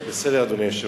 בסדר, אדוני היושב-ראש.